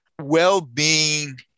Well-being